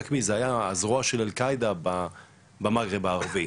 זו הזרוע של אל קעידה במגרב הערבי.